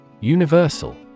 Universal